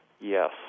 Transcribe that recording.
Yes